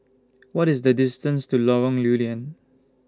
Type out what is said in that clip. What IS The distance to Lorong Lew Lian